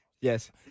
Yes